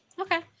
Okay